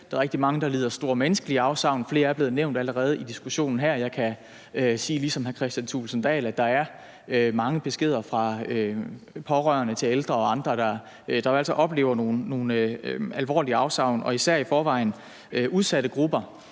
Der er rigtig mange, der lider store menneskelige afsavn – flere er allerede blevet nævnt i diskussionen her. Jeg kan sige ligesom hr. Kristian Thulesen Dahl, at der er mange beskeder fra pårørende til ældre og andre, der jo altså oplever nogle alvorlige afsavn. Og dem oplever selvfølgelig